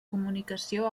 comunicació